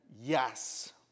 yes